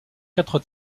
quatre